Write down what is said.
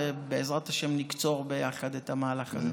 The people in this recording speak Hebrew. ובעזרת השם נקצור ביחד את המהלך הזה.